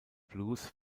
blues